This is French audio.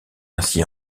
ainsi